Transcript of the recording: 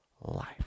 life